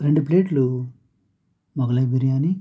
రెండు ప్లేట్లు మొగలై బిర్యాని